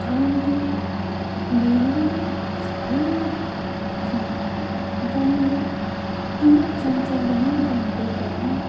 drawing ते मेरी गे नेईं सारे दी गै पसंद ड्राइंग अगर इ'यां चाएं चाएं कन्नै बी कोई ड्राइंग करै ना